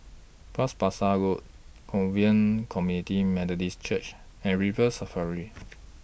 Bras Basah Road Covenant Community Methodist Church and River Safari